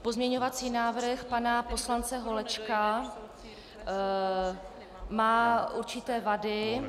Pozměňovací návrh pana poslance Holečka má určité vady.